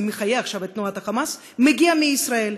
מחיה עכשיו את תנועת ה"חמאס" מגיע מישראל.